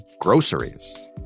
groceries